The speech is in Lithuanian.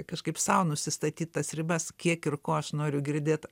kažkaip sau nusistatyt tas ribas kiek ir ko aš noriu girdėt